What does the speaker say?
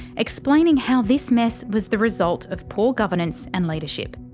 explaining how this mess was the result of poor governance and leadership.